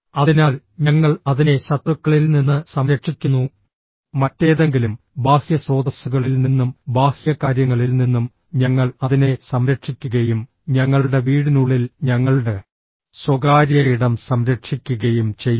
അതിനാൽ ഞങ്ങൾ അതിനെ ശത്രുക്കളിൽ നിന്ന് സംരക്ഷിക്കുന്നു മറ്റേതെങ്കിലും ബാഹ്യ സ്രോതസ്സുകളിൽ നിന്നും ബാഹ്യ കാര്യങ്ങളിൽ നിന്നും ഞങ്ങൾ അതിനെ സംരക്ഷിക്കുകയും ഞങ്ങളുടെ വീടിനുള്ളിൽ ഞങ്ങളുടെ സ്വകാര്യ ഇടം സംരക്ഷിക്കുകയും ചെയ്യുന്നു